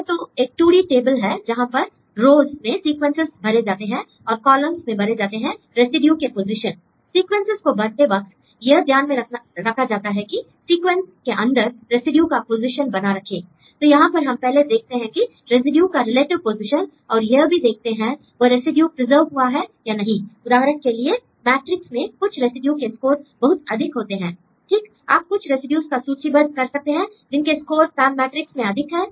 यह तो एक 2D टेबल है जहां पर रोज़ में सीक्वेंसेस भरे जाते हैं और कॉलम्स् में भरे जाते हैं रेसिड्यू के पोजीशन l सीक्वेंसेस को भरते वक्त यह ध्यान में रखा जाता है कि सीक्वेंस के अंदर रेसिड्यू का पोजीशन बना रखे l तो यहां पर हम पहले देखते हैं कि रेसिड्यू का रिलेटिव पोजिशन और यह भी देखते हैं कि वह रेसिड्यू प्रिजर्व हुआ है या नहीं उदाहरण के लिए मैट्रिक्स में कुछ रेसिड्यू के स्कोर बहुत अधिक होते हैं l ठीक आप कुछ रेसिड्यूज का सूचीबद्ध कर सकते हैं जिनके स्कोर पाम मैट्रिक्स में अधिक हैं